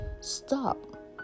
Stop